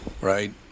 right